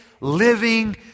living